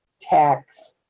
tax